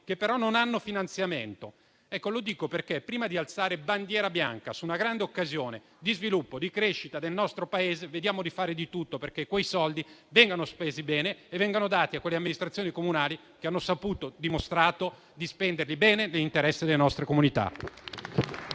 che però non hanno finanziamento. Insomma, prima di alzare bandiera bianca su una grande occasione di sviluppo e crescita del nostro Paese, vediamo di fare di tutto perché quei soldi vengano spesi bene e vengono dati a quelle amministrazioni comunali che hanno dimostrato di saperli spendere bene, nell'interesse delle nostre comunità.